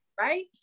Right